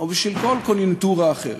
או בשביל כל קוניונקטורה אחרת.